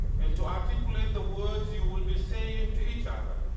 and to articulate the words you will be saying to each other.